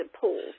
pools